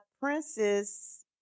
princess